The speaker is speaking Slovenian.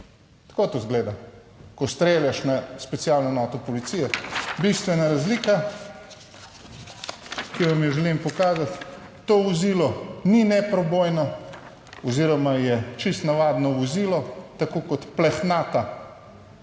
Tako to izgleda, ko streljaš na specialno enoto policije. Bistvena razlika, ki vam jo želim pokazati, to vozilo ni neprebojno oziroma je čisto navadno vozilo, tako kot plehnata